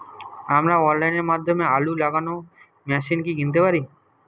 আমরা অনলাইনের মাধ্যমে আলু লাগানো মেশিন কি কিনতে পারি?